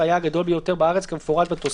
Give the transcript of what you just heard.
(ט)